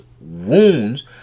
wounds